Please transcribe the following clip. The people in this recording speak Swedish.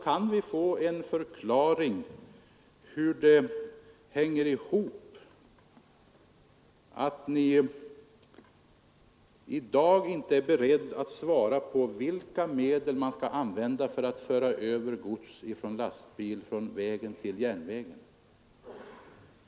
Kan vi få en förklaring till hur det hänger ihop att ni i dag inte är beredda att svara på vilka medel man skall använda för att föra över gods från vägen till järnvägen?